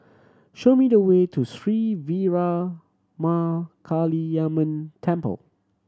show me the way to Sri Veeramakaliamman Temple